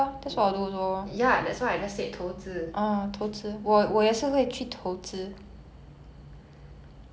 but no ya so I don't want to hear all those like long-winded answers I want~ I just want to know if you had ten thousand lying around what would you do